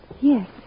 Yes